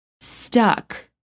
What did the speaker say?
stuck